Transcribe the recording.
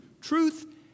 Truth